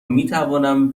میتوانم